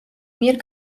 მიერ